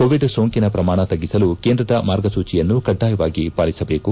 Covid ಸೋಂಕಿನ ಪ್ರಮಾಣ ತಗ್ಗಿಸಲು ಕೇಂದ್ರದ ಮಾರ್ಗಸೂಚಿಯನ್ನು ಕಡ್ಡಾಯವಾಗಿ ವಾಲಿಸಬೇಕು